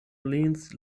orleans